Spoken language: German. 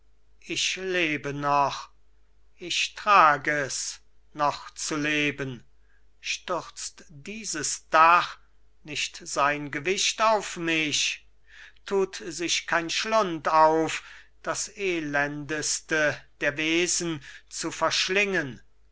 ich lebe noch ich trag es noch zu lebn stürzt dieses dach nicht sein gewicht auf mich tut sich kein schlund auf das elendeste der wesen zu verschlingen